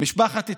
משפחת טראמפ,